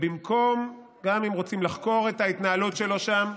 ובמקום, גם אם רוצים לחקור את ההתנהלות שלו שם,